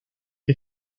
que